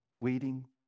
waiting